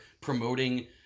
promoting